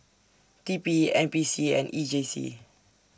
T P N P C and E J C